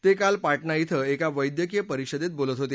ते काल पटणा ििं एका वैद्यकीय परिषदेत बोलत होते